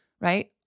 right